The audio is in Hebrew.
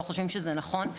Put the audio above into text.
לא חושבים שזה נכון.